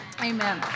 Amen